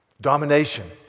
Domination